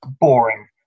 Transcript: boring